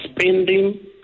spending